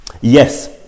Yes